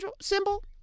symbol